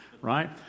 right